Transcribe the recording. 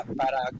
para